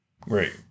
Great